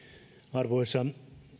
arvoisa